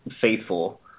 faithful